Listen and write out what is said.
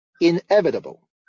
inevitable